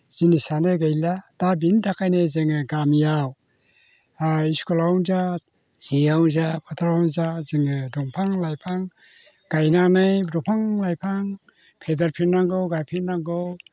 जिनिसआनो गैला दा बेनि थाखायनो जोङो गामियाव स्कुलावनो जा जेआव जा फोथारावनो जा जोङो दंफां लाइफां गायनानै दंफां लाइफां फेदेरफिननांगौ गायफिननांगौ